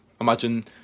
imagine